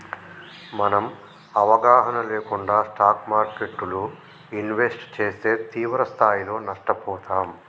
మనం అవగాహన లేకుండా స్టాక్ మార్కెట్టులో ఇన్వెస్ట్ చేస్తే తీవ్రస్థాయిలో నష్టపోతాం